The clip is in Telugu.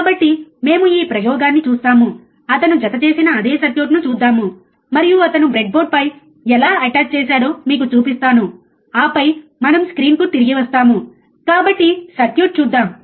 కాబట్టి మేము ఈ ప్రయోగాన్ని చూస్తాము అతను జతచేసిన అదే సర్క్యూట్ను చూద్దాం మరియు అతను బ్రెడ్బోర్డుపై ఎలా అటాచ్ చేశాడో మీకు చూపిస్తాను ఆపై మనం స్క్రీన్కు తిరిగి వస్తాము కాబట్టి సర్క్యూట్ చూద్దాం